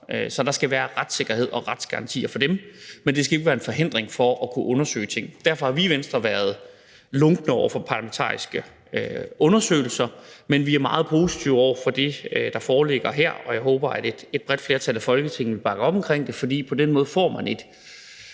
Så der skal være retssikkerhed og retsgarantier for dem, men det skal ikke være en forhindring for at kunne undersøge ting. Derfor har vi i Venstre været lunkne over for parlamentariske undersøgelser, men vi er meget positive over for det, der foreligger her, og jeg håber, at et bredt flertal i Folketinget vil bakke op om det, for på den måde får man det,